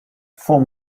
before